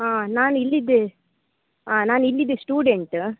ಹಾಂ ನಾನು ಇಲ್ಲಿಯದ್ದೆ ನಾನು ಇಲ್ಲಿಯದೆ ಸ್ಟೂಡೆಂಟ